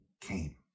came